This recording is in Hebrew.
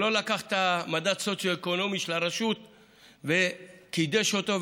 שלא לקח את המדד סוציו-אקונומי של הרשות וקידש אותו,